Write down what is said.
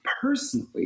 personally